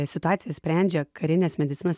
situaciją sprendžia karinės medicinos